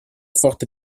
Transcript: forte